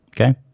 Okay